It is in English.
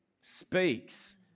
speaks